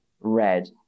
red